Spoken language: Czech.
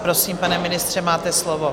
Prosím, pane ministře, máte slovo.